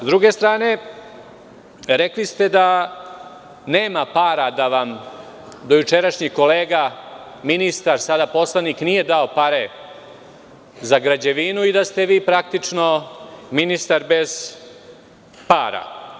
S druge strane, rekli ste da nema para, da vam dojučerašnji kolega ministar, sada poslanik, nije dao pare za građevinu i da ste vi praktično ministar bez para.